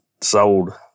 sold